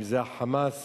אם ה"חמאס"